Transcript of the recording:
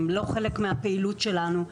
הן לא חלק מהפעילות שלנו,